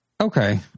Okay